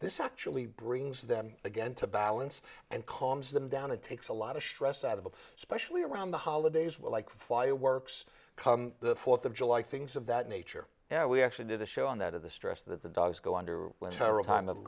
this actually brings them again to balance and calms them down and takes a lot of stress out of especially around the holidays were like fireworks the fourth of july things of that nature you know we actually did a show on that of the stress that the dogs go under tyrell time of